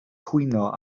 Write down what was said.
cwyno